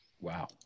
Wow